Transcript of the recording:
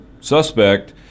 suspect